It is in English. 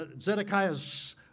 Zedekiah's